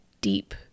deep